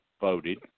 voted